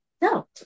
No